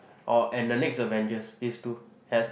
or and the next Avengers this two has